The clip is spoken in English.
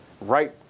right